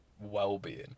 well-being